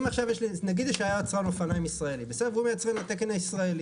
נגיד שהיה יצרן אופניים ישראלי והוא מייצר בתקן הישראלי,